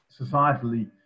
societally